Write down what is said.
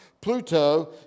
Pluto